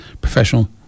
professional